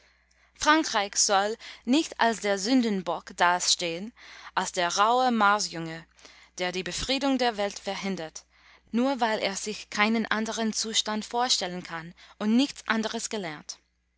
frankreich soll nicht als der sündenbock dastehen als der rauhe marsjünger der die befriedung der welt verhindert nur weil er sich keinen anderen zustand vorstellen kann und nichts anderes gelernt